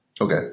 Okay